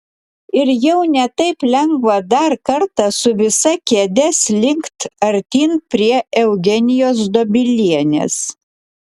ir jau ne taip lengva dar kartą su visa kėde slinkt artyn prie eugenijos dobilienės